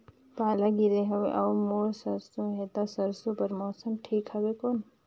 पाला गिरे हवय अउर मोर सरसो हे ता सरसो बार मौसम ठीक हवे कौन?